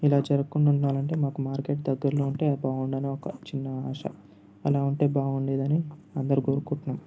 ఇలా జరగకుండా ఉండాలంటే మాకు మార్కెట్ దగ్గరలో ఉంటే బాగుండు అని ఒక చిన్న ఆశ అలా ఉంటే బాగుండేదని అందరు కోరుకుంటున్నాము